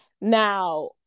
Now